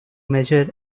measure